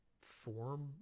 form